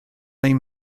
mae